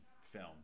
film